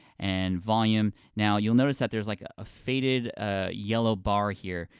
and volume, now you'll notice that there's like a faded ah yellow bar here,